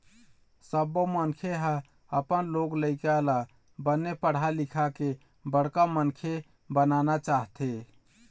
सब्बो मनखे ह अपन लोग लइका ल बने पढ़ा लिखा के बड़का मनखे बनाना चाहथे